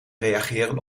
reageren